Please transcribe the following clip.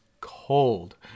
cold